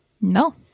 No